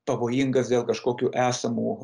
pavojingas dėl kažkokių esamų